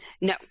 no